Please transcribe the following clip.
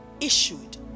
issued